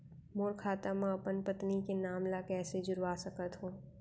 मोर खाता म अपन पत्नी के नाम ल कैसे जुड़वा सकत हो?